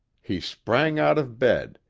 he sprang out of bed,